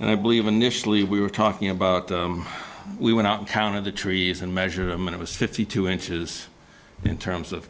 and i believe initially we were talking about we went out and counted the trees and measurement was fifty two inches in terms of